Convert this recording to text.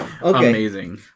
Amazing